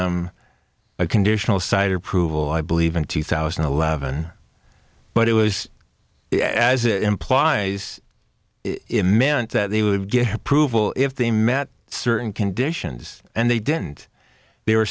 them a conditional side approval i believe in two thousand and eleven but it was as it implies it meant that they would get approval if they met certain conditions and they didn't they were